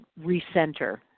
recenter